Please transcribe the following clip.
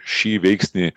šį veiksnį